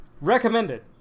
recommended